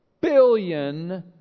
billion